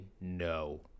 no